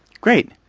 Great